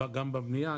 גם בבניה,